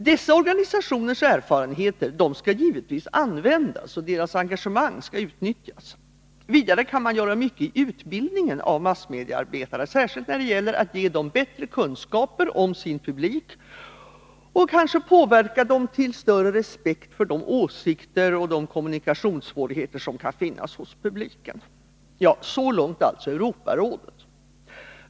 Dessa organisationers erfarenheter skall givetvis användas, och deras engagemang skall utnyttjas. Vidare kan mycket göras i utbildningen av massmediearbetare, särskilt när det gäller att ge dem bättre kunskaper om sin publik och kanske påverka dem till större respekt för de olika åsikter och kommunikationssvårigheter som kan finnas hos publiken. — Så långt Europarådet.